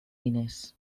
diners